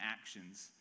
actions